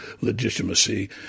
legitimacy